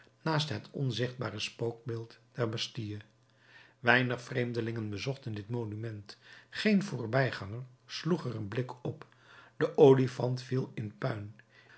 naast het onzichtbare spookbeeld der bastille weinig vreemdelingen bezochten dit monument geen voorbijganger sloeg er een blik op de olifant viel in puin